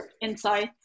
insights